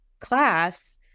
class